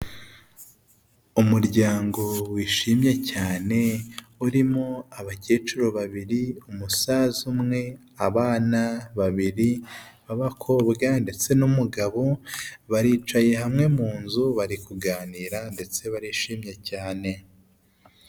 Umuryango wishimye cyane urimo abakecuru babiri, umusaza umwe, abana babiri b'abakobwa, ndetse n'umugabo, baricaye hamwe mu nzu bari kuganira ndetse barishimye cyane.